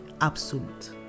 absolute